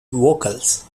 vocals